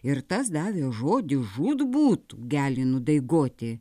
ir tas davė žodį žūtbūt gelį nudaigoti